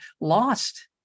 lost